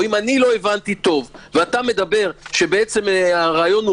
או אם לא הבנתי טוב ואתה מדבר שהרעיון הוא